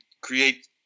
create